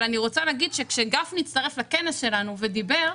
אבל אני רוצה לומר שכאשר גפני הצטרף לכנס שלנו ודיבר,